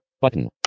Button